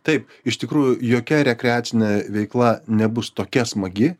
taip iš tikrųjų jokia rekreacinė veikla nebus tokia smagi